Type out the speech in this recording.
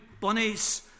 bunnies